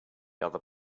other